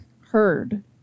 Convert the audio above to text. heard